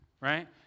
Right